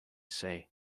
say